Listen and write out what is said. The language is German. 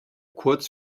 kurz